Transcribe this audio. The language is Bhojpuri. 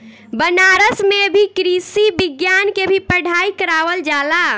बनारस में भी कृषि विज्ञान के भी पढ़ाई करावल जाला